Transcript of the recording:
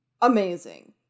Amazing